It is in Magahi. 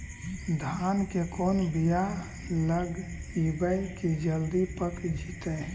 धान के कोन बियाह लगइबै की जल्दी पक जितै?